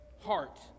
heart